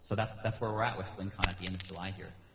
so, that's that's where we're at with flynncon at the end of july, here.